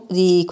di